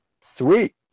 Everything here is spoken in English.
sweet